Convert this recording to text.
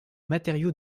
matériaux